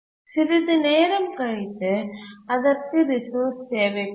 சிறிது நேரம் கழித்து அதற்கு ரிசோர்ஸ் தேவைப்பட்டது